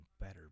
better